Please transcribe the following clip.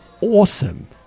awesome